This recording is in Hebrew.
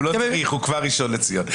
הוא לא צריך, הוא כבר ראשון לציון.